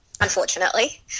unfortunately